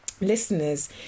listeners